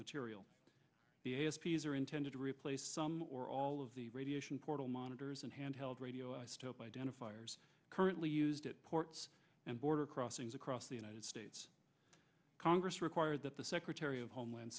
material the a s p s are intended to replace some or all of the radiation portal monitors and handheld radio isotopes identifiers currently used at ports and border crossings across the united states congress require that the secretary of homeland